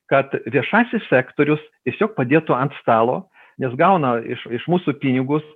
kad viešasis sektorius tiesiog padėtų ant stalo nes gauna iš iš mūsų pinigus